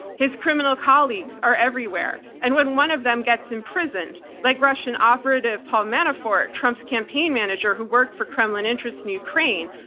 his criminal colleagues are everywhere, and when one of them gets imprisoned, like russian operative paul manafort, trump's campaign manager who worked for kremlin interests in the ukraine,